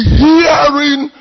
hearing